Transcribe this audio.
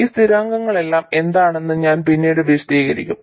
ഈ സ്ഥിരാങ്കങ്ങളെല്ലാം എന്താണെന്ന് ഞാൻ പിന്നീട് വിശദീകരിക്കും